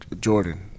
Jordan